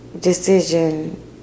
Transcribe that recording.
decision